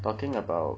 talking about